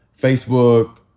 Facebook